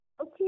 okay